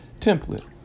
template